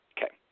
Okay